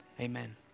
amen